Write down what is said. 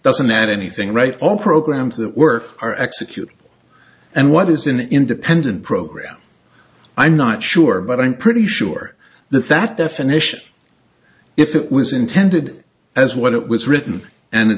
doesn't add anything right all programs that work are executed and what is an independent program i'm not sure but i'm pretty sure that that definition if it was intended as what it was written and